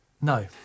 No